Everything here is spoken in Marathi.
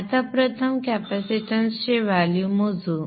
आता प्रथम कॅपेसिटन्सचे मूल्य मोजू